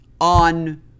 on